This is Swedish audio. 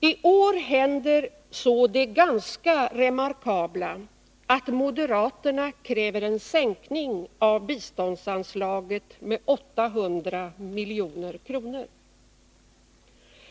I år händer så det ganska remarkabla att moderaterna kräver en sänkning av biståndsanslaget med 800 milj.kr.